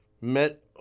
met